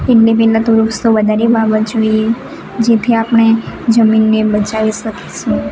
એટલે પહેલાં તો વૃક્ષો વધારે વાવવા જોઈએ જેથી આપણે જમીનને બચાવી શકીશું